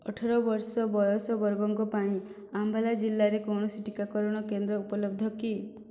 ଅଠର ବର୍ଷ ବୟସ ବର୍ଗଙ୍କ ପାଇଁ ଆମ୍ବାଲା ଜିଲ୍ଲାରେ କୌଣସି ଟିକାକରଣ କେନ୍ଦ୍ର ଉପଲବ୍ଧ କି